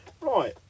Right